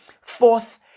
Fourth